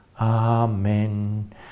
Amen